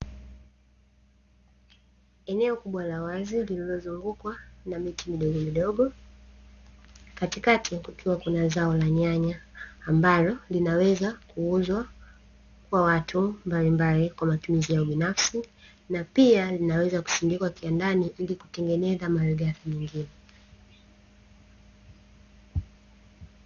Eneo kubwa la wazi lililozungukwa na miti midogo midogo, katikati kukiwa na zao la nyanya, ambalo linaweza kuuzwa kwa watu mbalimbali kwa matumizi yao binafsi, na pia linaweza kusindikwa kiwandani ili kutengeneza malighafi nyingine.